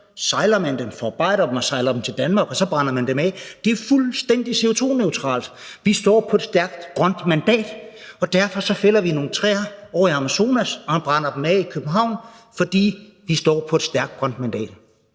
Brasilien, og så forarbejder man dem og sejler dem til Danmark, og så brænder man dem af. Det er fuldstændig CO2-neutralt. Vi står på et stærkt grønt mandat, og derfor fælder vi nogle træer ovre i Amazonas og brænder dem af i København, fordi vi står på et stærkt grønt mandat.